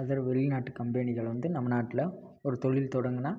other வெளிநாட்டு கம்பெனிகள் வந்து நம்ம நாட்டில் ஒரு தொழில் தொடங்கினா